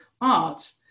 art